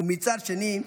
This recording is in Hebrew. ומצד שני,